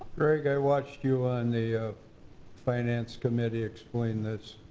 greg i watched you on the finance committee explain this.